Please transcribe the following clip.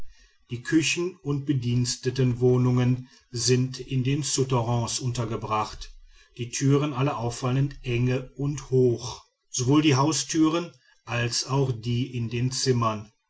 die küchen und bedienstetenwohnungen sind in den souterrains untergebracht die türen alle auffallend enge und hoch sowohl die haustüren als die in den zimmern